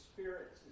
Spirits